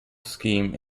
scheme